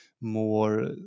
more